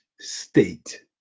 state